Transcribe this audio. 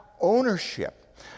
ownership